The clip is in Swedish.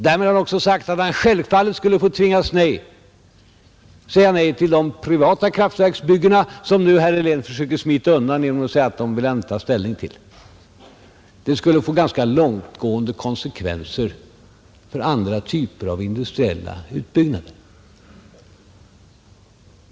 Därmed har han alltså sagt, att han självfallet skulle tvingas att säga nej till de privata kraftverksbyggen som herr Helén försöker smita undan genom att säga att dem vill han inte ta ställning till; det skulle få ganska långtgående konsekvenser för andra typer av industriella utbyggnader.